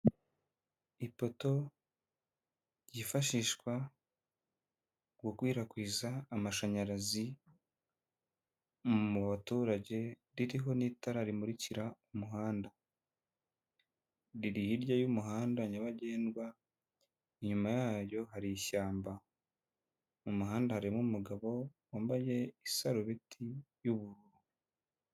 Ipoto ryifashishwa gukwirakwiza amashanyarazi mu baturage ririho n'itara rimurikira umuhanda, riri hirya y'umuhanda nyabagendwa inyuma yaryo hari ishyamba, mu muhanda harimo umugabo wambaye isarubiti y'ubururu.